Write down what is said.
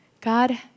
god